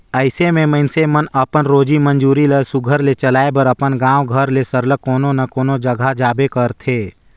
अइसे में मइनसे मन अपन रोजी मंजूरी ल सुग्घर ले चलाए बर अपन गाँव घर ले सरलग कोनो न कोनो जगहा जाबे करथे